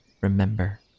Remember